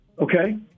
Okay